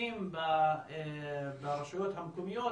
קיצוצים ברשויות המקומיות